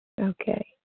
okay